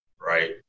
right